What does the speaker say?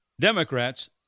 Democrats